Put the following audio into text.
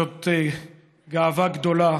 זאת גאווה גדולה